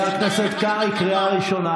תבדקו לי איפה השר.